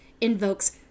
invokes